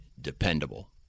dependable